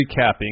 recapping